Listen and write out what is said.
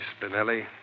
Spinelli